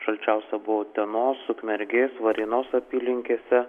šalčiausia buvo utenos ukmergės varėnos apylinkėse